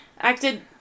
Acted